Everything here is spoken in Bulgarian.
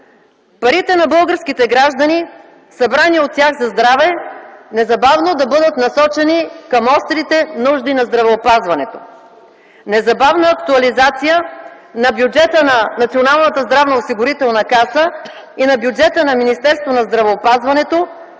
парите на българските граждани, събрани от тях за здраве, незабавно да бъдат насочени към острите нужди на здравеопазването; незабавна актуализация на бюджета на Националната здравноосигурителна каса и на бюджета на Министерството на здравеопазването,